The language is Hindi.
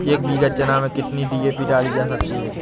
एक बीघा चना में कितनी डी.ए.पी डाली जा सकती है?